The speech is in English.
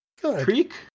Creek